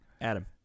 Adam